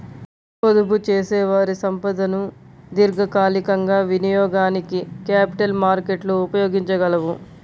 పొదుపుచేసేవారి సంపదను దీర్ఘకాలికంగా వినియోగానికి క్యాపిటల్ మార్కెట్లు ఉపయోగించగలవు